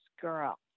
girl